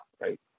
right